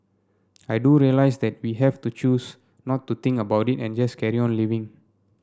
I do realise that we have to choose not to think about it and just carry on living